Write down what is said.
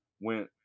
went